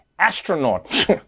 astronaut